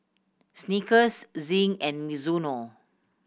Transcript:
Snickers Zinc and Mizuno